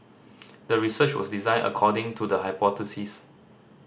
the research was designed according to the hypothesis